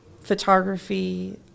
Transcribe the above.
photography